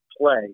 play